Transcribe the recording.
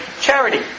charity